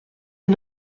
est